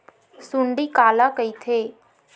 सुंडी काला कइथे?